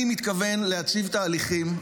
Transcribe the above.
אני מתכוון להציג תהליכים,